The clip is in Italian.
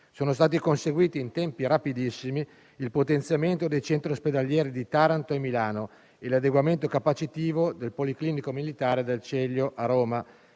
Sono stati conseguiti in tempi rapidissimi il potenziamento dei centri ospedalieri di Taranto e Milano e l'adeguamento capacitivo del Policlinico militare del Celio a Roma,